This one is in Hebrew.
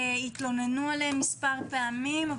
התלוננו עליהם מספר פעמים,